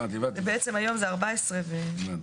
היום זה 14 ימים.